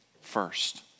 first